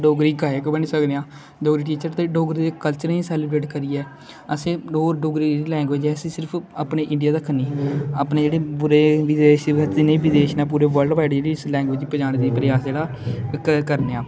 डोगरी गायक बनी सकने हा डोगरी टीचर ते डोगरी दे कल्चर गी सेलीबरेट करियै आसें और डेगरी जेहड़ी लैंग्वेज ऐ इसी सिर्फ अपनी इंडियां तकर नेईं अपने जेहडे़ बिदेश ना जिन्ने बी पूरे बल्ड बाइड जेहड़ी लैंग्वेज गी पजाने दे प्रयास जेहड़ा ओह्क रने हां